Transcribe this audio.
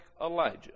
Elijah